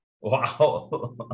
Wow